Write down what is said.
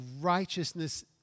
righteousness